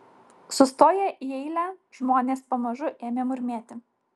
sustoję į eilę žmonės pamažu ėmė murmėti